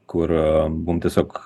kur buvom tiesiog